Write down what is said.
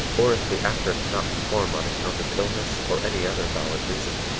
or if the actor cannot perform on account of illness or any other valid reason,